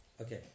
Okay